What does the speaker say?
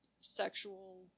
sexual